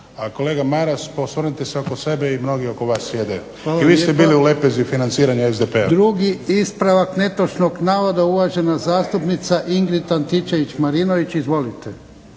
kolega Maras pa osvrnite se oko sebe i mnogi oko vas sjede i vi ste bili u lepezi financiranja SDP-a. **Jarnjak, Ivan (HDZ)** Hvala lijepo. Drugi ispravak netočnog navoda uvažena zastupnica Ingrid Antičević Marinović. Izvolite.